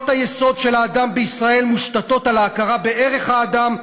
היסוד של האדם בישראל מושתתות על ההכרה בערך האדם,